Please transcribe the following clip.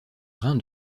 brin